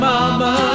Mama